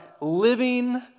living